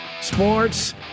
Sports